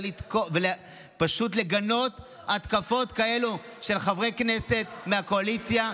פשוט לגנות התקפות כאלה של חברי כנסת מהקואליציה,